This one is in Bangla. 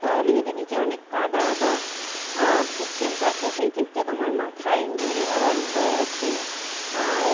তাহলে যদি নিচে অনেক কাদা বা পিচ্ছিল থাকে সেই ক্ষেত্রে তোমার মাথা ইনজুরি হওয়ার ভয় আছে আর